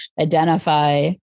identify